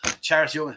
charity